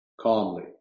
calmly